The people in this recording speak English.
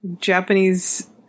Japanese